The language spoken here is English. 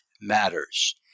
matters